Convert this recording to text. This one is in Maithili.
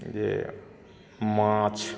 जे माछ